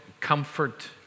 comfort